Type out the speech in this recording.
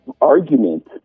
argument